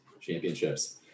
championships